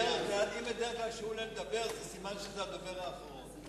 בדרך כלל כשהוא עולה לדבר זה סימן שזה הדובר האחרון.